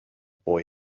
boy